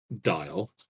dial